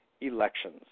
elections